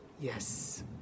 Yes